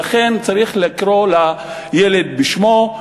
לכן צריך לקרוא לילד בשמו.